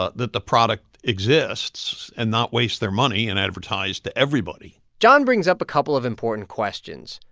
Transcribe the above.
ah that the product exists and not waste their money and advertise to everybody? john brings up a couple of important questions.